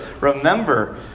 remember